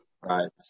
Right